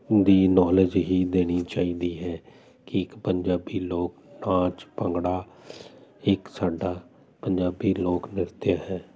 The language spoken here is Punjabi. ਦੀ ਨੋਲੇਜ ਹੀ ਦੇਣੀ ਚਾਹੀਦੀ ਹੈ ਕਿ ਇੱਕ ਪੰਜਾਬੀ ਲੋਕ ਨਾਚ ਭੰਗੜਾ ਇੱਕ ਸਾਡਾ ਪੰਜਾਬੀ ਲੋਕ ਨ੍ਰਿਤ ਹੈ